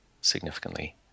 significantly